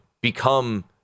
become